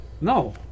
No